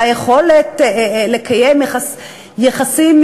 על היכולת לקיים יחסים,